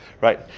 right